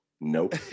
Nope